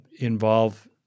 involve